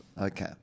Okay